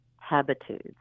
Habitudes